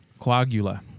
Coagula